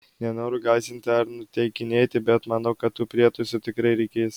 nenoriu gąsdinti ar nuteikinėti bet manau kad tų prietaisų tikrai reikės